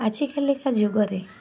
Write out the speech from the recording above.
ଆଜିକାଲିକା ଯୁଗରେ